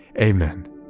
amen